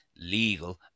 legal